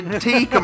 tea